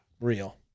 Real